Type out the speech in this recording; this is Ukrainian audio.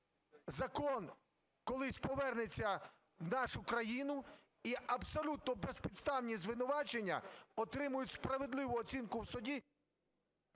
закон колись повернеться в нашу країну і абсолютно безпідставні звинувачення отримають справедливу оцінку в судді…